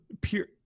pure